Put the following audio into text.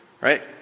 Right